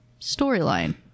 storyline